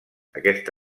aquesta